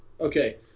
Okay